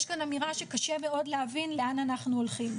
יש כאן אמירה שקשה מאוד להבין לאן אנחנו הולכים.